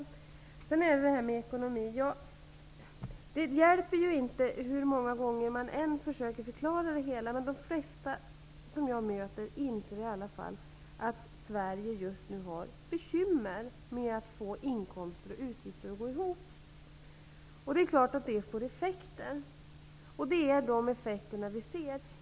Vad sedan beträffar de ekonomiska frågorna hjälper det inte hur många gånger man än försöker förklara hur det ligger till, men de flesta som jag möter inser i alla fall att Sverige just nu har bekymmer med att få inkomster och utgifter att gå ihop. Det är klart att det får effekter, och det är de effekterna som vi ser.